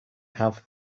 have